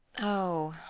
oh,